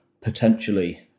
potentially